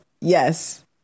Yes